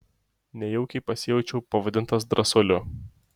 nejaukiai pasijaučiau pavadintas drąsuoliu